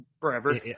forever